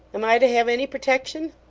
am i to have any protection